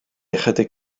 ychydig